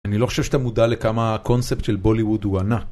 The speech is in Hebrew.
אני לא חושב שאתה מודע לכמה הקונספט של בוליווד הוא ענה.